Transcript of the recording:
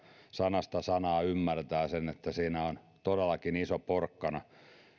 sanasta sanaan ymmärtää että siinä on todellakin iso porkkana